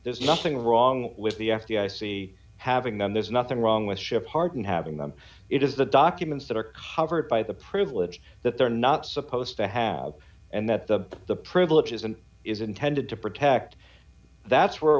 there's nothing wrong with the f b i see having them there's nothing wrong with ship pardon having them it is the documents that are covered by the privilege that they're not supposed to have and that the the privilege is and is intended to protect that's where